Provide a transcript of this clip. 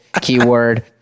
keyword